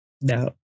No